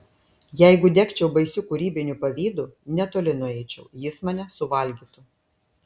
jeigu degčiau baisiu kūrybiniu pavydu netoli nueičiau jis mane suvalgytų